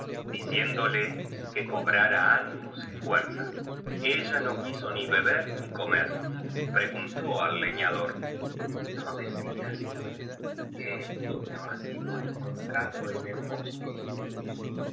diciéndole que co brara ánimos y fuerzas ella no quiso ni beber ni comer y preguntó al leñador no decías tú que el niño lia sido encontrado en el bos que y